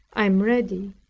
i am ready,